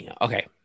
Okay